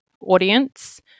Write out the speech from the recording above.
audience